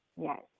Yes